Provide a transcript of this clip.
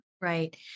Right